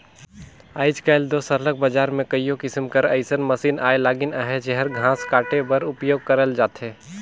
आएज काएल दो सरलग बजार में कइयो किसिम कर अइसन मसीन आए लगिन अहें जेहर घांस काटे बर उपियोग करल जाथे